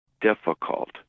difficult